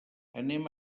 anem